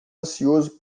ansioso